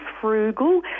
frugal